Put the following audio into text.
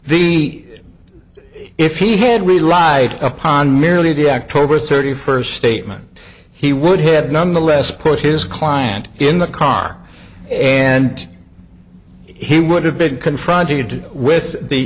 the if he had relied upon merely diac tobar thirty first statement he would have nonetheless put his client in the car and he would have been confronted with the